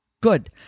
good